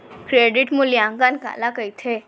Credit मूल्यांकन काला कहिथे?